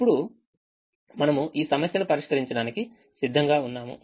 ఇప్పుడు మనము ఈ సమస్యను పరిష్కరించడానికి సిద్ధంగా ఉన్నాము